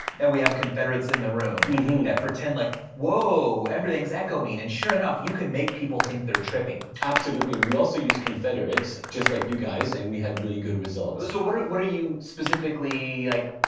and we have confederates in the room that pretend like, whoa! everything's echoing. and sure enough, you can make people think they're tripping. absolutely, and we also use confederates, just like you guys, and we had really good results. so what are what are you specifically like,